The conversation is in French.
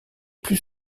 plus